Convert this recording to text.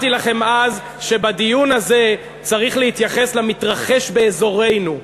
אני אמרתי לכם אז שבדיון הזה צריך להתייחס למתרחש באזורנו.